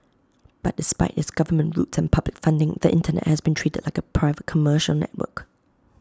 but despite its government roots in public funding the Internet has been treated like A private commercial network